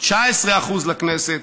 19% לכנסת,